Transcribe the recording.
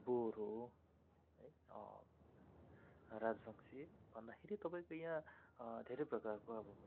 बोडो है राजवंशी भन्दाखेरि तपाईँको यहाँ धेरै प्रकारको अब म